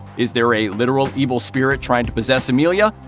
is there a literal evil spirit trying to possess amelia?